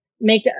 make